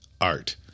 art